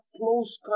close